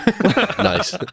Nice